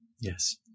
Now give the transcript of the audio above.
Yes